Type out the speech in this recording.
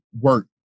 work